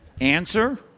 Answer